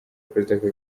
perezida